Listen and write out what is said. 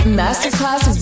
masterclass